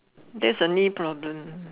that's a knee problem